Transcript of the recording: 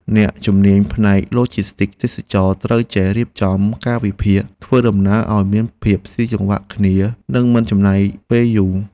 អ្នកជំនាញផ្នែកឡូជីស្ទីកទេសចរណ៍ត្រូវចេះរៀបចំកាលវិភាគធ្វើដំណើរឱ្យមានភាពស៊ីសង្វាក់គ្នានិងមិនចំណាយពេលយូរ។